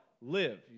live